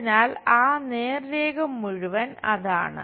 അതിനാൽ ആ നേർരേഖ മുഴുവൻ അതാണ്